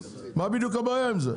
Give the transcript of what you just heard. מה הבעיה עם זה?